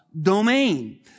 domain